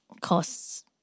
costs